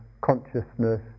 consciousness